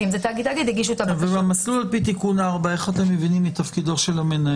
זה היה מסלול בחקיקה ראשית בהירה, ברורה.